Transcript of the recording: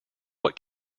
what